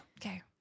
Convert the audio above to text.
okay